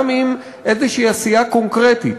גם עם איזו עשייה קונקרטית.